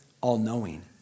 all-knowing